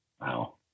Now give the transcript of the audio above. Wow